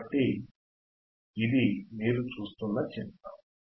కాబట్టి ఇది మీరు చూస్తున్న చిత్రం